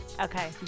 Okay